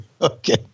Okay